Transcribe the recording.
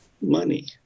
money